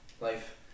life